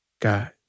God